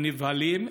נבהלים,